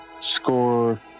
score